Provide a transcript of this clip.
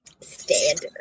standard